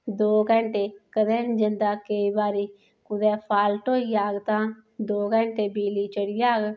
दो घैंटे कदें नी जंदा केईं बारी कुतै फाल्ट होई जाह्ग तां दो घैंटे बिजली चली जाह्ग